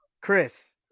Chris